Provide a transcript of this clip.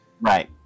Right